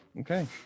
Okay